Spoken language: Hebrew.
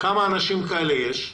כמה אנשים כאלה יש.